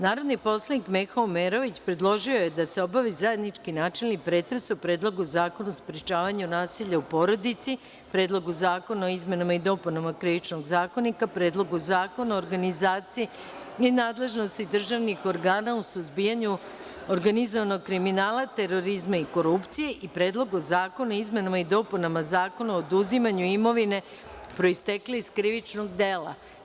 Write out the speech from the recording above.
Narodni poslanik Meho Omerović predložio je da se obavi zajednički načelni pretres o Predlogu zakona o sprečavanju nasilja u porodici, Predlogu zakona o izmenama i dopunama Krivičnog zakonika, Predlogu zakona o organizaciji i nadležnosti državnih organa u suzbijanju organizovanog kriminala, terorizma i korupcije i Predlogu zakona o izmenama i dopunama Zakona o oduzimanju imovine proistekle iz krivičnog dela.